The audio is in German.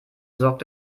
sorgt